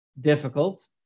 difficult